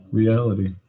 reality